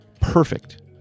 perfect